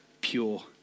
pure